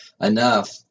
enough